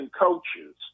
coaches